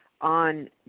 on